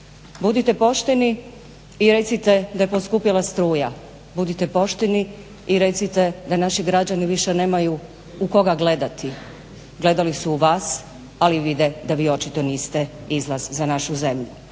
Budite pošteni i recite da je poskupjela struja. Budite pošteni i recite da naši građani više nemaju u koga gledati. Gledali su u vas, ali vide da vi očito niste izlaz za našu zemlju.